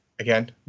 again